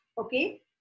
Okay